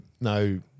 no